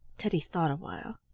teddy thought awhile.